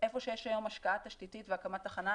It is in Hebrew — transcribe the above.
איפה שיש היום השקעה תשתיתית והקמת תחנה,